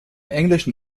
englischen